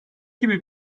gibi